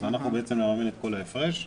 אז אנחנו מממנים את כל ההפרש.